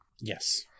Yes